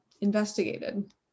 investigated